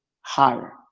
higher